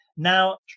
Now